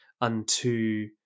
unto